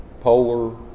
Polar